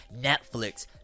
Netflix